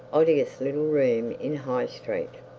odious little room in high street.